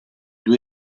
due